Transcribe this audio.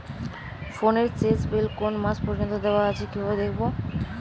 ফোনের শেষ বিল কোন মাস পর্যন্ত দেওয়া আছে দেখবো কিভাবে?